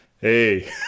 Hey